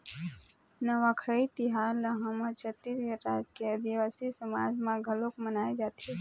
नवाखाई तिहार ल हमर छत्तीसगढ़ राज के आदिवासी समाज म घलोक मनाए जाथे